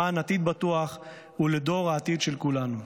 למען עתיד בטוח לדור העתיד של כולנו.